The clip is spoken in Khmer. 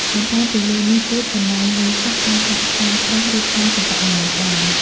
បន្ថែមពីលើនេះទៀតកន្លែងលើសក់អាចដាក់ផ្កាស្រស់ឬផ្កាសិប្បនិម្មិតបាន។